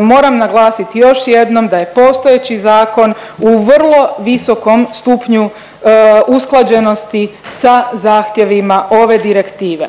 moram naglasit još jednom da je postojeći zakon u vrlo visokom stupnju usklađenosti sa zahtjevima ove direktive.